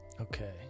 Okay